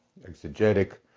exegetic